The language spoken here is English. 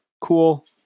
cool